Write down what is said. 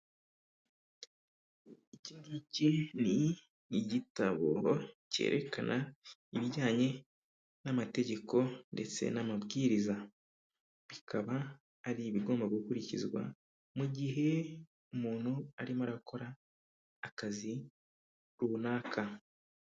Iki ngiki ni igitabo cyerekana ibijyanye n'amategeko ndetse n'amabwiriza, bikaba ari ibigomba gukurikizwa mu gihe umuntu arimo arakora akazi runaka.